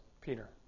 Peter